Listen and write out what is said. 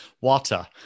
Water